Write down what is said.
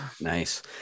nice